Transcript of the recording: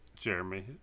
Jeremy